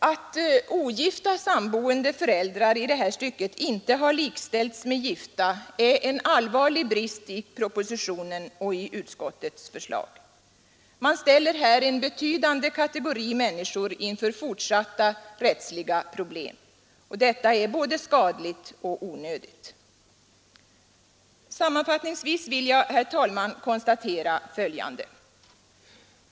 Att ogifta samboende föräldrar i det här stycket inte har likställts med gifta är en allvarlig brist i propositionen och i utskottets förslag. Man ställer här en betydande kategori människor inför fortsatta rättsliga problem. Detta är både skadligt och onödigt. Sammanfattningsvis vill jag konstatera följande.